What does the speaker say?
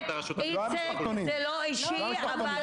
זה לא אישי,